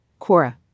Quora